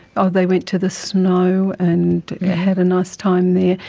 oh they went to the snow and had a nice time there.